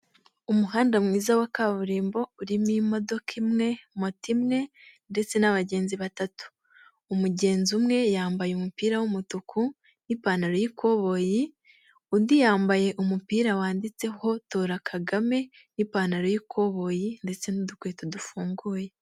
Umuhanda mwiza wa kaburimbo, urimo imodoka imwe, moto imwe ndetse n'abagenzi batatu, umugenzi umwe yambaye umupira w'umutuku n'ipantaro y'ikoboyi, undi yambaye umupira wanditseho tora Kagame n'ipantaro y'ikoboyi ndetse n'udukweto dufunguye.